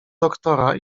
doktora